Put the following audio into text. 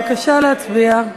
בבקשה להצביע.